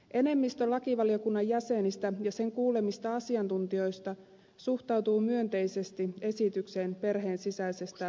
enemmistö lakivaliokunnan jäsenistä ja sen kuulemista asiantuntijoista suhtautuu myönteisesti esitykseen perheen sisäisestä adoptiosta